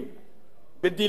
בדילמות קשות,